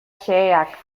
xeheak